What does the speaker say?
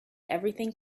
everything